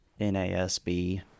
NASB